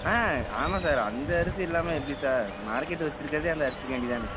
ஆ ஆமாம் சார் அந்த அரிசி இல்லாமல் எப்படி சார் மார்க்கெட் வெச்சுருக்கறதே அந்த அரிசிக்காண்டி தானே